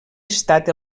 estat